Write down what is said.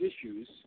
issues